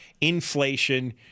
inflation